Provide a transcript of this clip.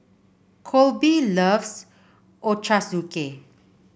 Colby loves Ochazuke